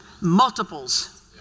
multiples